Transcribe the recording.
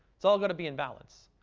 it's all going to be in balance.